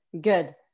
Good